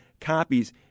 copies